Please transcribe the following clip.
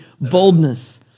boldness